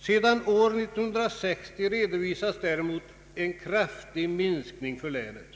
Sedan år 1960 redovisas däremot en kraftig minskning för länet,